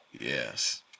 yes